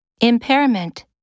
Impairment